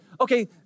okay